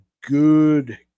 good